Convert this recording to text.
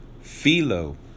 Philo